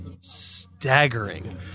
staggering